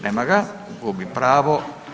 Nema ga, gubi pravo.